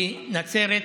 כי נצרת,